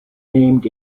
named